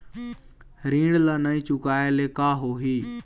ऋण ला नई चुकाए ले का होही?